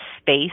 space